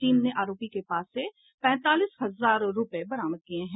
team ने आरोपी के पास से पैंतालीस हजार रूपये बरामद किये हैं